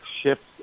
shifts